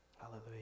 hallelujah